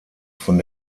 von